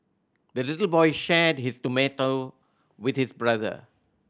the little boy shared his tomato with his brother